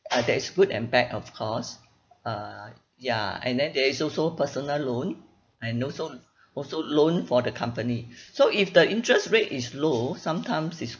uh there is good and bad of course uh ya and then there is also personal loan and also also loan for the company so if the interest rate is low sometimes it's